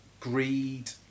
Greed